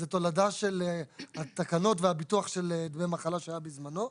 זו תולדה של התקנות והביטוח של דמי מחלה שהיו בזמנו.